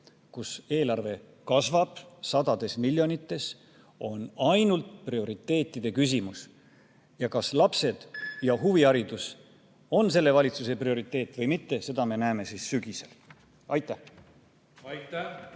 kus eelarve kasvab sadades miljonites, on ainult prioriteetide küsimus. Kas lapsed ja huviharidus on selle valitsuse prioriteet või mitte, seda me näeme siis sügisel. Aitäh!